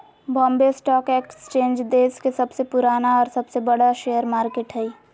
Bombay stock exchange देश के सबसे पुराना और सबसे बड़ा शेयर मार्केट हइ